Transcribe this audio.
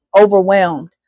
overwhelmed